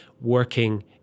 working